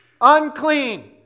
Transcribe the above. unclean